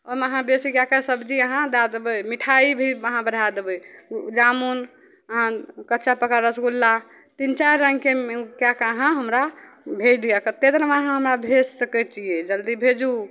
ओहिमे अहाँ बेसी कै के सबजी अहाँ दै देबै मिठाइ भी अहाँ बढ़ै देबै जामुन आओर कच्चा पक्का रसगुल्ला तीन चारि रङ्गके कै के अहाँ हमरा भेज दिअऽ कतेक देरमे अहाँ हमरा भेजि सकै छिए जल्दी भेजू